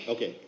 Okay